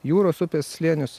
jūros upės slėnius